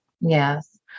Yes